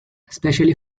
especially